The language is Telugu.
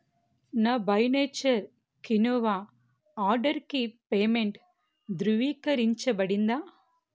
నా బై నేచర్ కినోవా ఆర్డర్కి పేమెంటు ధృవీకరించబడిందా